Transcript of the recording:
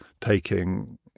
taking